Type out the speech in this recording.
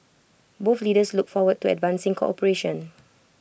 both leaders look forward to advancing cooperation